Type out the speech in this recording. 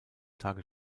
tage